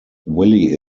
willi